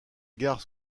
gare